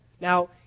Now